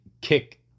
kick